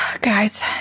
Guys